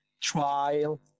trial